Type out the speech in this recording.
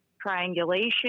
triangulation